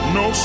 no